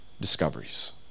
discoveries